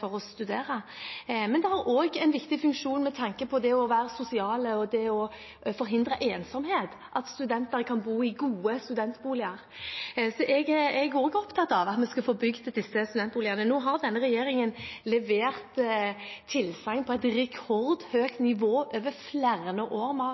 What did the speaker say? for å studere, men det har også en viktig funksjon med tanke på det å være sosial og det å forhindre ensomhet at studenter kan bo i gode studentboliger. Så jeg er også opptatt av at vi skal få bygd disse studentboligene. Nå har denne regjeringen levert tilsagn på et